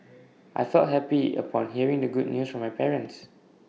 I felt happy upon hearing the good news from my parents